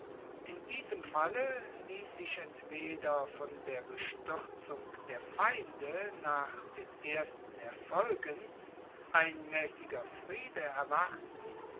in diesem falle liess sich entweder von der bestuerzung der feinde nach den ersten erfolgen ein maessiger friede erwarten